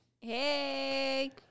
Hey